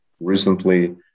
recently